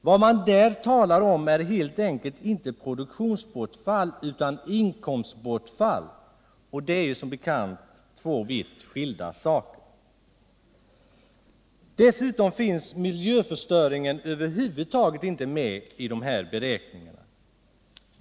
Vad man där talar om är helt enkelt inte ett produktionsbortfall utan ett inkomstbortfall, och det är som bekant två vitt skilda saker. Dessutom finns miljöförstöringen över huvud taget inte med i beräkningarna.